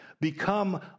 Become